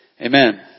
Amen